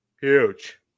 Huge